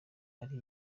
ari